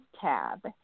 tab